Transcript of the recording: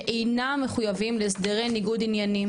שאינם מחויבים להסדרי ניגוד עניינים,